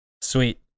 sweet